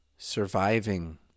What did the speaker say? surviving